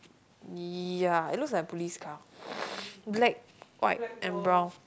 ya it looks like a police car black white and brown